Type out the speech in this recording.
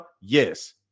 yes